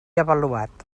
avaluat